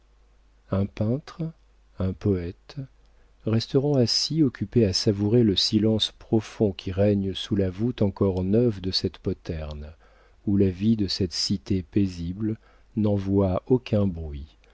un peintre un poète resteront assis occupés à savourer le silence profond qui règne sous la voûte encore neuve de cette poterne où la vie de cette cité paisible n'envoie aucun bruit